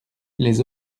les